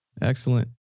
Excellent